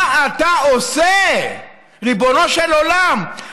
מה אתה עושה, ריבונו של עולם?